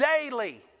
Daily